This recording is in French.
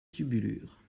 tubulure